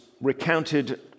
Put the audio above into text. recounted